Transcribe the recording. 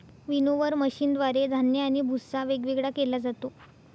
winnower मशीनद्वारे धान्य आणि भुस्सा वेगवेगळा केला जातो